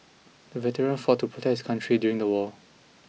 the veteran fought to protect his country during the war